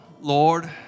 Lord